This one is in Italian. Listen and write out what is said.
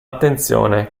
attenzione